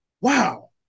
wow